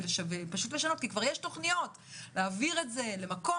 יש כבר תוכניות להעביר את זה למקום